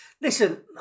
Listen